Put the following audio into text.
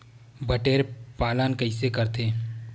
बटेर पालन कइसे करथे?